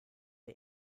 der